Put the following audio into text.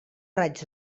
raig